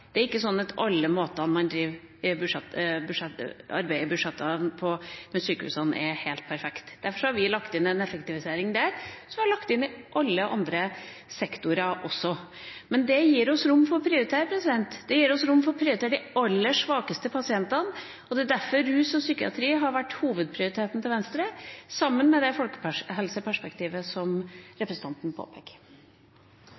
Det er ikke sånn at alle måtene man arbeider med budsjettene på i sykehusene, er helt perfekt. Derfor har vi lagt inn en effektivisering der, som vi har lagt inn i alle andre sektorer også. Det gir oss rom for å prioritere, det gir oss rom for å prioritere de aller svakeste pasientene, og det er derfor rus og psykiatri har vært hovedprioriteten til Venstre, sammen med det folkehelseperspektivet som